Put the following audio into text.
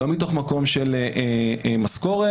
לא ממקום של משכורת,